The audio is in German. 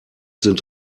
sind